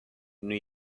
new